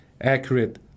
accurate